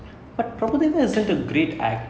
that's because like after that